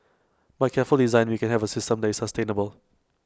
by careful design we can have A system that is sustainable